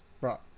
right